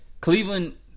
Cleveland